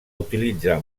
utilitzar